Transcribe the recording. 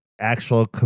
actual